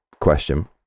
question